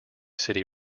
city